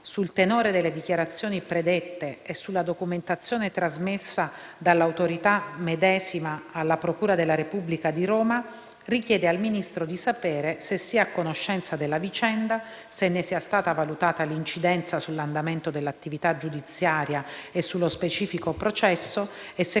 sul tenore delle dichiarazioni predette e sulla documentazione trasmessa dall’Autorità medesima alla procura della Repubblica di Roma, richiede al Ministro di sapere se sia a conoscenza della vicenda, se ne sia stata valutata l’incidenza sull’andamento dell’attività giudiziaria e sullo specifico processo e se